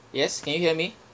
yes can you hear me